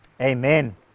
amen